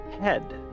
head